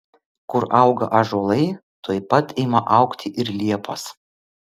kur auga ąžuolai tuoj pat ima augti ir liepos